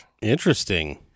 Interesting